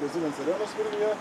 prie siemens arenos vilniuje